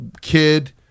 Kid